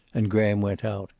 and graham went out